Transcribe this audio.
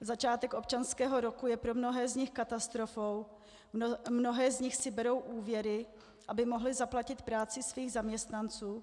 Začátek občanského roku je pro mnohé z nich katastrofou, mnohé z nich si berou úvěry, aby mohly zaplatit práci svých zaměstnanců.